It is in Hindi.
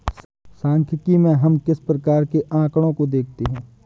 सांख्यिकी में हम किस प्रकार के आकड़ों को देखते हैं?